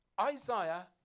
Isaiah